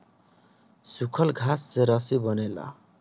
सूखल घास से रस्सी बनेला